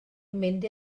mynd